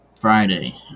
Friday